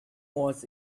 was